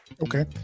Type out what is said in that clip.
Okay